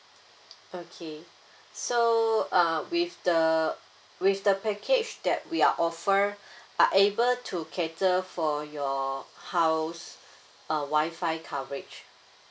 okay so uh with the with the package that we are offered are able to cater for your house uh Wi-Fi coverage